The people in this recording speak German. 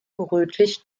rötlich